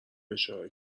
اشاره